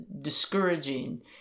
Discouraging